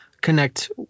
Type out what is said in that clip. connect